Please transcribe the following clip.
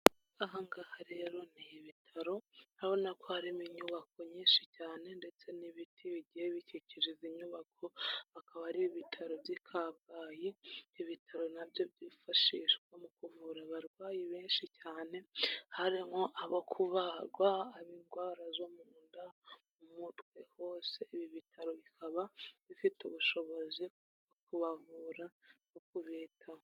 Aha ngaha rero ni ibitaro, urabona ko harimo inyubako nyinshi cyane ndetse n'ibiti bigiye bikikijwe inyubako, akaba ari ibitaro by'i Kabgayi, ibitaro na byo byifashishwa mu kuvura abarwayi benshi cyane, harimo abo kubagwa, indwara zo mu nda, mu mutwe bose ibi bitaro bikaba bifite ubushobozi bwo kubavura no kubitaho.